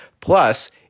Plus